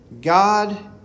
God